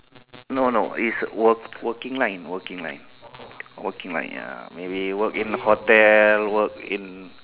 no no it's work working line working line working line ya maybe in work in